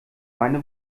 meine